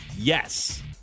Yes